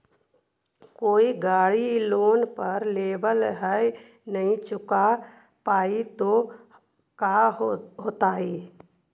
कोई गाड़ी लोन पर लेबल है नही चुका पाए तो का होतई?